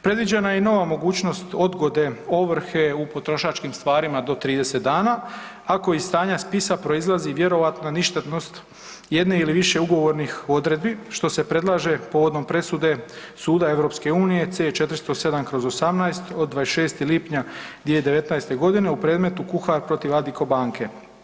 Predviđena je i nova mogućnost odgode ovrhe u potrošačkim stvarima do 30 dana, ako iz stanja spisa proizlazi vjerojatna ništetnost jedne ili više ugovornih odredbi što se predlaže povodom presude Suda EU C407/18 od 26. lipnja 2019. godine u predmetu kuhar protiv Addico banke.